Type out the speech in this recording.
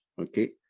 Okay